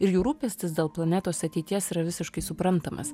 ir jų rūpestis dėl planetos ateities yra visiškai suprantamas